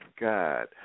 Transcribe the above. God